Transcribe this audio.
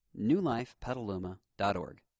newlifepetaluma.org